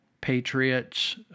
Patriots